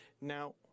Now